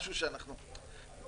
עוד